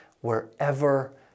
wherever